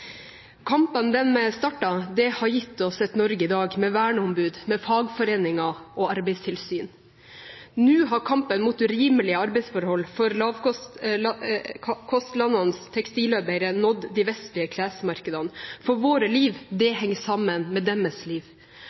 Kampen de startet, har gitt oss et Norge i dag med verneombud, fagforeninger og arbeidstilsyn. Nå har kampen mot urimelige arbeidsforhold for lavkostlandenes tekstilarbeidere nådd de vestlige klesmarkedene, for våre liv henger sammen med deres.